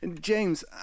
james